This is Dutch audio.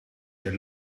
een